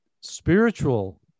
spiritual